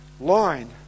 line